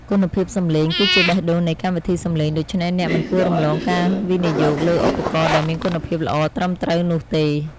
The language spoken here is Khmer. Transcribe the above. គុណភាពសំឡេងគឺជាបេះដូងនៃកម្មវិធីសំឡេងដូច្នេះអ្នកមិនគួររំលងការវិនិយោគលើឧបករណ៍ដែលមានគុណភាពល្អត្រឹមត្រូវនោះទេ។